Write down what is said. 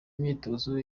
imyitozo